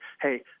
hey